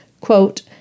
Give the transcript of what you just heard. quote